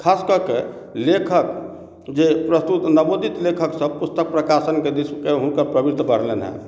खास कऽ के लेखक जे प्रस्तुत नवोदित लेखक सभ पुस्तक प्रकाशन दिश तऽ हुनकर प्रवृति बढ़लनि हँ